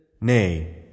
Nay